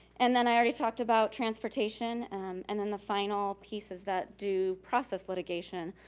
and then i already talked about transportation and then the final piece is that due process litigation.